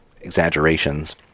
exaggerations